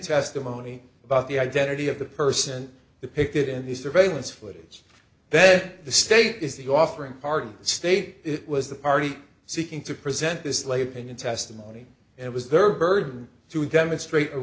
testimony about the identity of the person the picket in the surveillance footage then the state is the offering party state it was the party seeking to present this late opinion testimony and it was their burden to demonstrate a